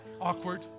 Awkward